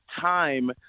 time